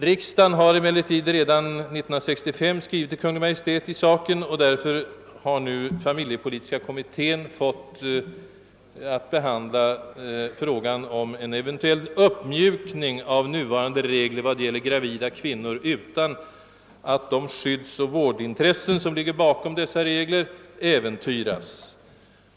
Riksdagen skrev emellertid redan 1965 i saken till Kungl. Maj:t, som sedan uppdrog åt familjepolitiska kommittén att behandla frågan om en eventuell uppmjukning av nuvarande sjukpenningregler = beträffande gravida kvinnor, utan att de skyddsoch vårdintressen som ligger bakom dessa regler äventyras.